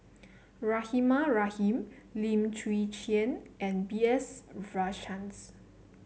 Rahimah Rahim Lim Chwee Chian and B S Rajhans